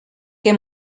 que